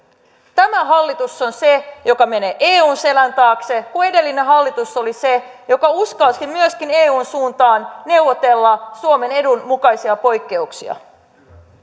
tämä hallitus on se joka menee eun selän taakse kun edellinen hallitus oli se joka uskalsi myöskin eun suuntaan neuvotella suomen edun mukaisia poikkeuksia